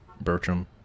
Bertram